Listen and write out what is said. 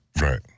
Right